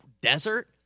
desert